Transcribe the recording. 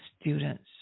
students